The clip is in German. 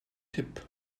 tipp